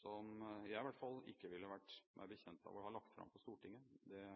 som i hvert fall ikke jeg ville vært bekjent av å ha lagt fram for Stortinget, det